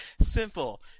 Simple